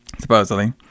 Supposedly